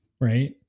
right